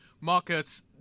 Marcus